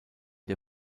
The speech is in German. der